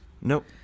Nope